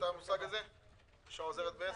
למה לא מיליון?